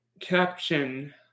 caption